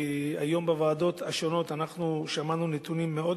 היום בוועדות השונות שמענו נתונים מאוד